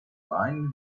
line